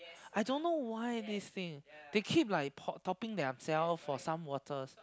I don't know why this things they keeping topping themselves for some water